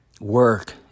work